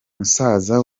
musaza